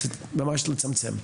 ממש לצמצם.